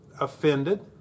offended